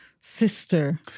sister